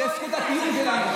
זו זכות הקיום שלנו.